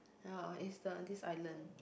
ya it's the this island